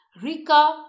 rika